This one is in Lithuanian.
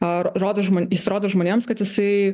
ar rodo jis rodo žmonėms kad jisai